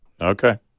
okay